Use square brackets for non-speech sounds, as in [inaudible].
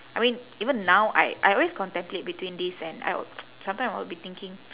I mean even now I I always contemplate between this and I [noise] sometime I would be thinking